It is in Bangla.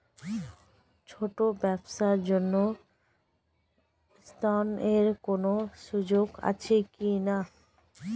ছোট ব্যবসার জন্য ঋণ এর কোন সুযোগ আছে কি না?